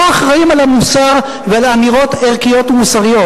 אחראים למוסר ולאמירות ערכיות ומוסריות,